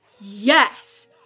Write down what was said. Yes